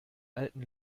alten